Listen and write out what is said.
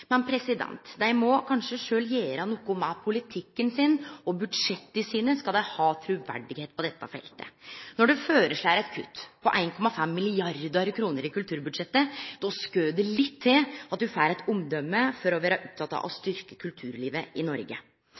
Men dei må kanskje sjølve gjere noko med politikken sin og budsjetta sine, skal dei ha truverde på dette feltet. Når ein føreslår eit kutt på 1,5 mrd. kr i kulturbudsjettet, skal det litt til at ein får omdømme for å vere oppteken av å styrke kulturlivet i Noreg.